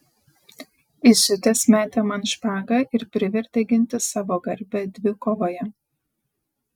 įsiutęs metė man špagą ir privertė ginti savo garbę dvikovoje